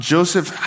Joseph